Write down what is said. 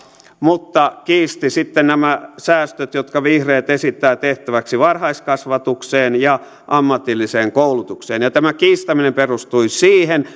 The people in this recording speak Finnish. mutta kiisti sitten nämä säästöt jotka vihreät esittävät tehtäväksi varhaiskasvatukseen ja ammatilliseen koulutukseen tämä kiistäminen perustui siihen